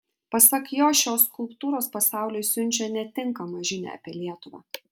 pasak jo šios skulptūros pasauliui siunčia netinkamą žinią apie lietuvą